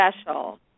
special